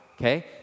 Okay